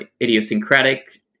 idiosyncratic